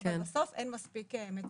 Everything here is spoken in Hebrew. אבל בסוף אין מספיק מטפלים.